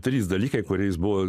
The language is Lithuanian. trys dalykai kuriais buvo